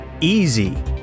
easy